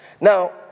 Now